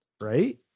Right